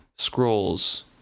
scrolls